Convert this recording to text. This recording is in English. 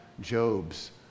Job's